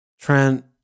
Trent